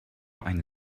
eine